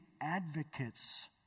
advocates